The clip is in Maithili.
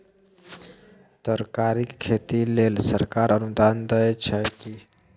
तरकारीक खेती लेल सरकार अनुदान दै छै की?